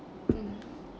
mm